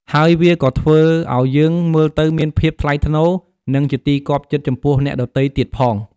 ហើយវាក៏៏ធ្វើឲ្យយើងមើលទៅមានភាពថ្លៃថ្នូរ និងជាទីគាប់ចិត្តចំពោះអ្នកដទៃទៀតផង។